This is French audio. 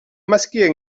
masquer